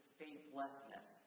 faithlessness